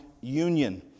union